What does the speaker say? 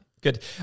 Good